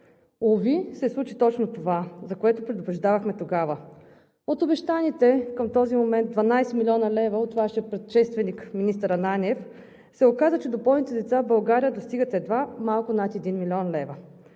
Уви, случи се точно това, за което предупреждавахме тогава. От обещаните към този момент 12 млн. лв. от Вашия предшественик министър Ананиев се оказа, че до болните деца в България достигат едва малко над 1 млн. лв.